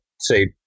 say